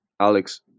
Alex